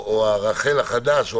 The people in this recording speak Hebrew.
רח"ל החדש.